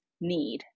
need